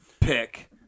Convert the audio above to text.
pick